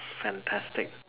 fantastic